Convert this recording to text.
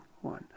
one